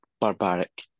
barbaric